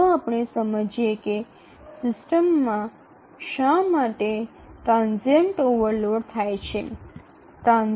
ચાલો આપણે સમજીએ કે સિસ્ટમમાં શા માટે ટ્રાનઝિયન્ટ ઓવરલોડ થાય છે